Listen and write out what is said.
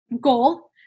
goal